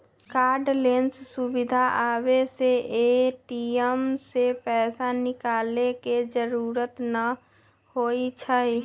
cardless सुविधा आबे से ए.टी.एम से पैसा निकाले के जरूरत न होई छई